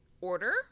order